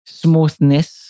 smoothness